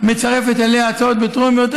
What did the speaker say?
מצרפת אליה הצעות טרומיות,